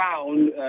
found